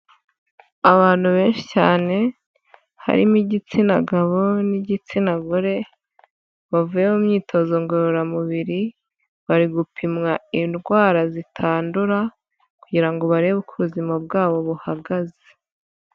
Abantu benshi cyane harimo igitsina gabo n'igitsina gore, bavuye mu myitozo ngororamubiri, bari gupimwa indwara zitandura kugira ngo barebe uko ubuzima bwabo buhagaze.